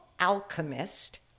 alchemist